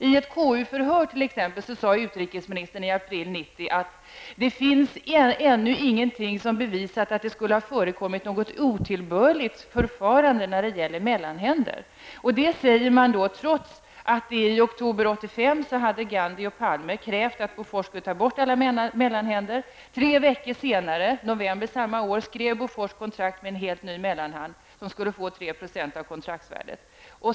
I t.ex. ett KU-förhör sade utrikesministern i april 1990 att det ännu inte fanns något som bevisade att det skulle ha förekommit något otillbörligt förfarande när det gäller mellanhänder. Detta sägs trots att Gandhi och Palme i oktober 1985 hade krävt att Bofors skulle ta bort alla mellanhänder. Bofors kontrakt med en helt ny mellanhand som skulle få 3 % av kontraktsvärdet.